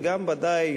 וגם בוודאי,